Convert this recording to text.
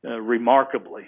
Remarkably